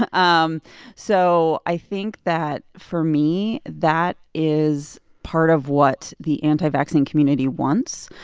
ah um so i think that, for me, that is part of what the anti-vaccine community wants.